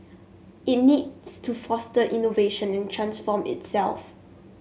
it needs to foster innovation and transform itself